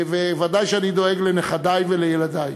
וודאי שאני דואג לנכדי ולילדי.